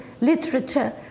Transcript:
literature